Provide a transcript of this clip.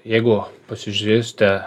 jeigu pasižiūrėsite